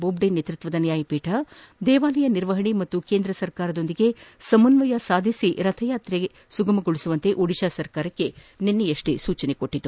ಬೊಬ್ಡೆ ನೇತೃಕ್ಷದ ನ್ಯಾಯಪೀಠ ದೇವಾಲಯ ನಿರ್ವಪಣೆ ಮತ್ತು ಕೇಂದ್ರದೊಂದಿಗೆ ಸಮನ್ವಯ ಸಾಧಿಸಿ ರಥಯಾತ್ರೆ ಸುಗಮಗೊಳಿಸುವಂತೆ ಒಡಿಶಾ ಸರ್ಕಾರಕ್ಕೆ ಸೂಜಿಸಿದೆ